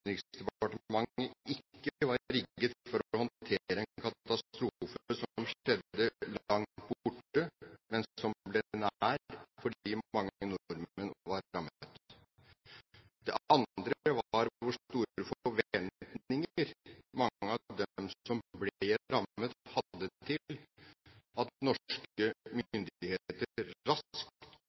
Utenriksdepartementet ikke var rigget for å håndtere en katastrofe som skjedde langt borte, men som ble nær fordi mange nordmenn var rammet. Det andre var hvor store forventninger mange av dem som ble rammet, hadde til at norske